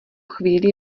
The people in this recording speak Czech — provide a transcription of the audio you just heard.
chvíli